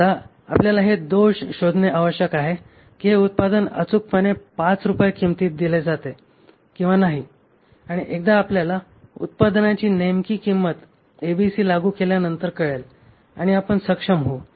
आता आपल्याला हे दोष शोधणे आवश्यक आहे की हे उत्पादन अचूकपणे 5 रूपये किंमतीत दिले जाते किंवा नाही आणि एकदा आपल्याला उत्पादनाची नेमकी किंमत एबीसी लागू केल्यानंतर कळेल आणि आपण सक्षम होऊ